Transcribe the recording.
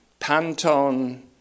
pantone